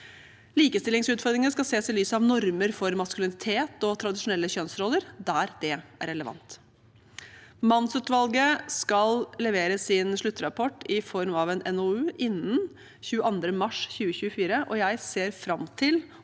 Likestillingsutfordringene skal ses i lys av normer for maskulinitet og tradisjonelle kjønnsroller der det er relevant. Mannsutvalget skal levere sin sluttrapport i form av en NOU innen 22. mars 2024, og jeg ser fram til å